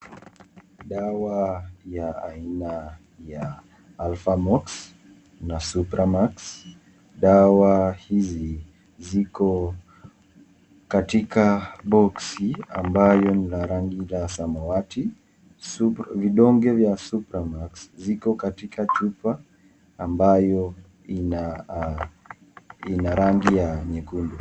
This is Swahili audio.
Dawa, ya aina, ya, (cs)alpha mox(cs) na (cs)supra max(cs), dawa, ya, hizi, ziko katika boxi, ambayo ni la rangi ya samawati, (cs)supra(cs), vidonge vya (cs)supra max(cs), xiko katika chupa, ambayo ina arangi ya, nyekundu.